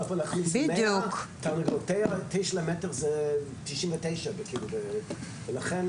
למה אנחנו צריכים